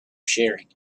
sharing